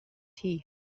tea